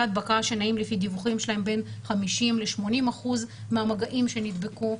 הדבקה שנעים לפי הדיווחים שלהם בין 50% ל-80% מהמגעים שנדבקו.